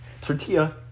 tortilla